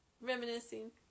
Reminiscing